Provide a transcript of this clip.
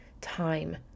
time